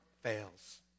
fails